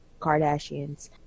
Kardashians